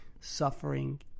suffering